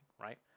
right